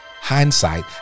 Hindsight